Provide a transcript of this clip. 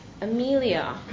Amelia